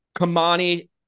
Kamani